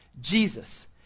jesus